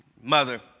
Mother